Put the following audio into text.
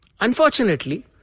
Unfortunately